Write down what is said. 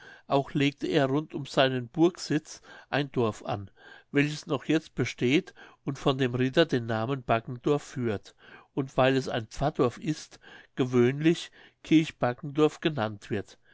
auch legte er rund um seinen burgsitz ein dorf an welches noch jetzt besteht und von dem ritter den namen baggendorf führt und weil es ein pfarrdorf ist gewöhnlich kirch baggendorf genannt wird